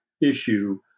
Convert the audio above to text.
issue